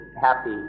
happy